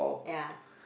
ya